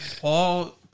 Paul